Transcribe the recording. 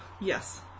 Yes